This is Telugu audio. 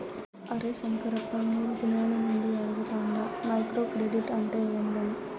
అరే శంకరప్ప, మూడు దినాల నుండి అడగతాండ మైక్రో క్రెడిట్ అంటే ఏందని